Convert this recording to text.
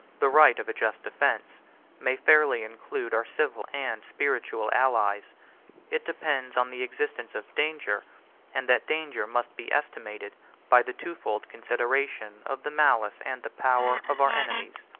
the right of a just defence may fairly include our civil and spiritual allies it depends on the existence of danger and that danger must be estimated by the twofold consideration of the malice, and the power, of our enemies.